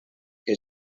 que